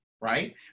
right